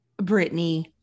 Britney